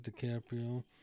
DiCaprio